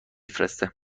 فرسته